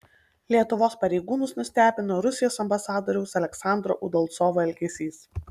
lietuvos pareigūnus nustebino rusijos ambasadoriaus aleksandro udalcovo elgesys